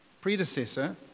predecessor